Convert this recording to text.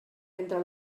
entre